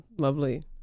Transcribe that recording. lovely